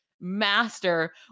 master